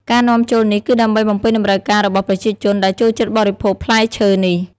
ការនាំចូលនេះគឺដើម្បីបំពេញតម្រូវការរបស់ប្រជាជនដែលចូលចិត្តបរិភោគផ្លែឈើនេះ។